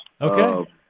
Okay